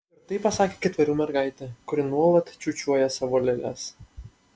ir tai pasakė ketverių mergaitė kuri nuolat čiūčiuoja savo lėles